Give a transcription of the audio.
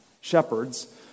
Shepherds